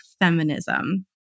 feminism